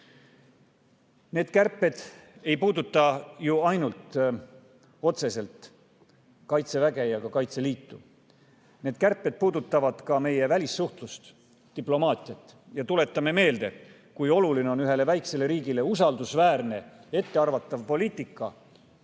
Need kärped ei puuduta ju ainult otseselt Kaitseväge ja Kaitseliitu. Need kärped puudutavad ka meie välissuhtlust, diplomaatiat. Tuletame meelde, kui oluline on ühele väikesele riigile usaldusväärne ettearvatav poliitika